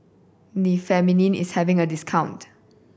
remifemin is having a discount